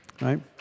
Right